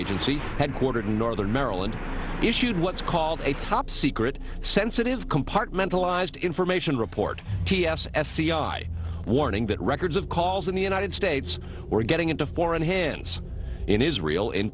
agency headquartered in northern maryland issued what's called a top secret sensitive compartmentalized information report ts sci warning that records of calls in the united states were getting into foreign hands in israel in